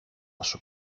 σου